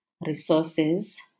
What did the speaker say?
resources